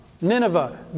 Nineveh